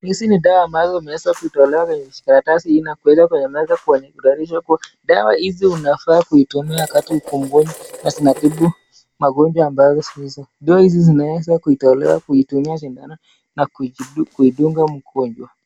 Hizi ni dawa ambazo zimeweza kutolewa kwenye vijikaratasi hili na kuegezwa kwenye meza kutayarishwa ,dawa hizi unafaa kuitumia wakati uko mgojwa na zinatibu magonjwa ambayo ,zinaweza kuitolewa kuitumia sindano na kuidunga mgonjwa.